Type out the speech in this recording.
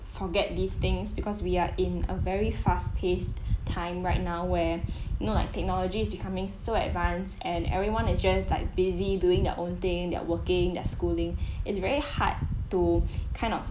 forget these things because we are in a very fast paced time right now where you know like technology is becoming so advanced and everyone is just like busy doing their own thing they're working they're schooling is very hard to kind of